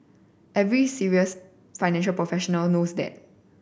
every serious financial professional knows that